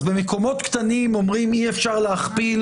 במקומות קטנים אומרים: אי אפשר להכפיל